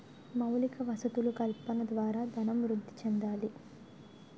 మౌలిక వసతులు కల్పన ద్వారా ధనం వృద్ధి చెందాలి